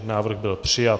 Návrh byl přijat.